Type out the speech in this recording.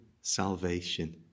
salvation